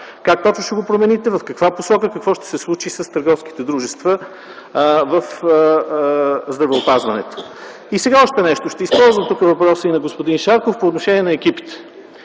Как точно ще го промените? В каква посока? Какво ще се случи с търговските дружества в здравеопазването? И още нещо. Ще използвам въпроса и на господин Шарков по отношение на екипите.